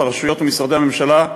הרשויות ומשרדי הממשלה,